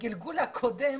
בגלגול הקודם